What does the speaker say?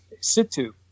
Situ